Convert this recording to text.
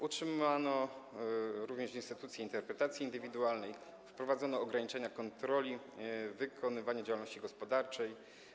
Utrzymano również instytucję interpretacji indywidualnej, wprowadzono ograniczenia kontroli wykonywania działalności gospodarczej.